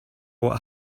what